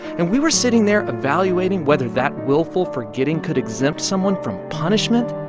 and we were sitting there evaluating whether that willful forgetting could exempt someone from punishment.